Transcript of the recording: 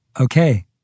Okay